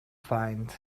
find